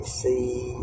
see